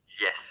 Yes